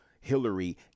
Hillary